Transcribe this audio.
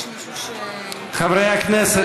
חברי הכנסת,